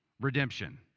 redemption